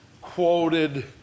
quoted